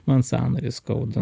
man sąnarį skauda